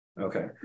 Okay